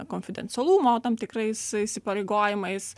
konfidencialumo tam tikrais įsipareigojimais